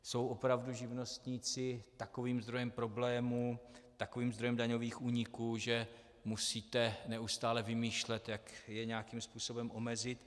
Jsou opravdu živnostníci takovým zdrojem problémů, takovým zdrojem daňových úniků, že musíte neustále vymýšlet, jak je nějakým způsobem omezit?